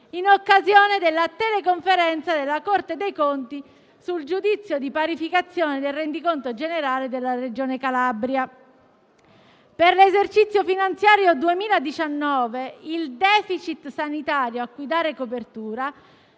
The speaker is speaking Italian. in occasione della teleconferenza della Corte dei conti sul giudizio di parificazione del rendiconto generale della Regione Calabria. Per l'esercizio finanziario 2019, il *deficit* sanitario cui dare copertura